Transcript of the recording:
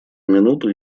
минуту